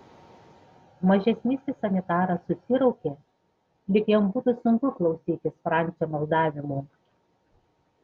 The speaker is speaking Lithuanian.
mažesnysis sanitaras susiraukė lyg jam būtų sunku klausytis francio maldavimų